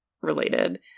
related